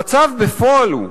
המצב בפועל הוא,